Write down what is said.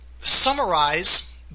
summarize